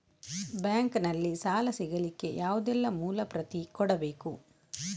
Bank ನಲ್ಲಿ ಸಾಲ ಸಿಗಲಿಕ್ಕೆ ಯಾವುದೆಲ್ಲ ಮೂಲ ಪ್ರತಿ ಕೊಡಬೇಕು?